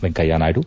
Venkaiah Naidu